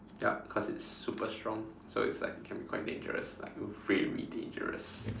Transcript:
yup cause it's super strong so it's like it can be quite dangerous like very dangerous